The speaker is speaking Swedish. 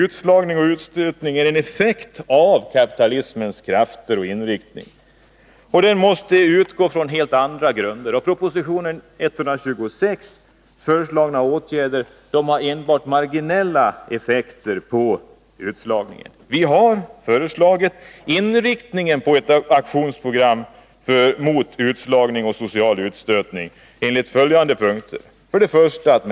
Utslagning och utstötning är en effekt av kapitalismens krafter och inriktning. Kampen måste föras utifrån helt andra grunder. I proposition 126 föreslagna åtgärder har enbart marginella effekter på utslagningen. Vi har föreslagit en inriktning på ett aktionsprogram mot utslagning och social utstötning enligt följande punkter. 1.